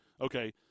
Okay